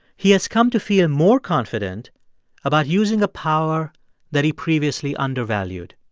he has come to feel more confident about using a power that he previously undervalued.